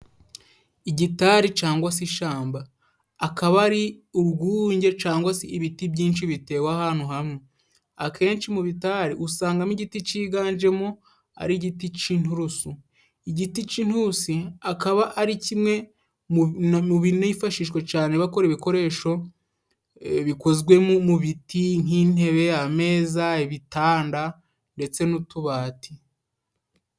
Igitari cangwa se ishamba akaba ari urwunge cangwa se ibiti byinshi bitewe ahantu hamwe, akenshi mu bitari usangamo igiti ciganjemo ari igiti c'inturusu, igiti c'intusi akaba ari kimwe mu binifashishwa cane bakora ibikoresho bikozwemo mu biti nk'intebe, ameza, ibitanda ndetse n'utubati.